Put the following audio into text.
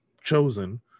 chosen